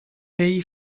pays